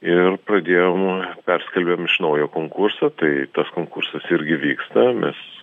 ir pradėjom perskelbėm iš naujo konkursą tai tas konkursas irgi vyksta mes